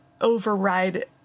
override